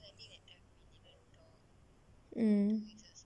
mm